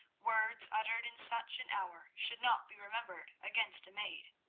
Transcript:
words uttered in such an hour should not be remembered against a maid.